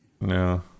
No